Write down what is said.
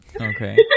Okay